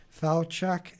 Falchuk